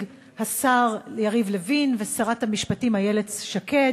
השר יריב לוין ושרת המשפטים איילת שקד,